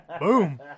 Boom